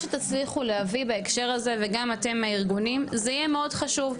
מה שתצליחו להביא בהקשר הזה וגם אתם הארגונים זה יהיה מאוד חשוב,